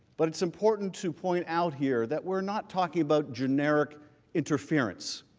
but it is important to point out here, that we are not talking about generic interference.